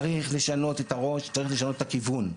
צריך לשנות את הראש, צריך לשנות את הכיוון,